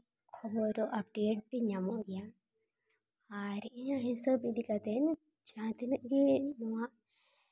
ᱠᱷᱚᱵᱚᱨ ᱟᱯᱰᱮᱴ ᱫᱚ ᱧᱟᱢᱚᱜ ᱜᱮᱭᱟ ᱟᱨ ᱤᱧᱟᱹᱜ ᱦᱤᱥᱟᱹᱵᱽ ᱤᱫᱤᱠᱟᱛᱮᱫ ᱡᱟᱦᱟᱸ ᱛᱤᱱᱟᱹᱜ ᱜᱮ ᱱᱚᱣᱟ